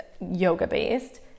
yoga-based